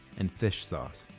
and fish sauce.